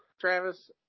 Travis